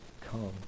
come